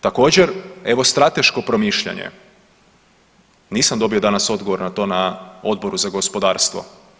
Također evo strateško promišljanje, nisam dobio danas odgovor na to na Odboru za gospodarstvo.